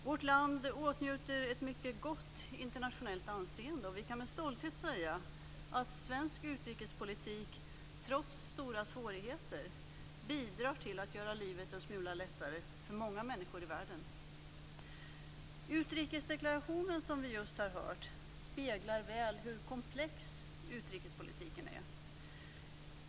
Vårt land åtnjuter ett mycket gott internationellt anseende, och vi kan med stolthet säga att svensk utrikespolitik, trots stora svårigheter, bidrar till att göra livet en smula lättare för många människor i världen. Utrikesdeklarationen, som vi just har hört, speglar väl hur komplex utrikespolitiken är.